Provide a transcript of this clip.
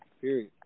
period